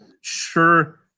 sure